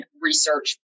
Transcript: research